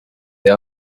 they